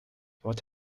what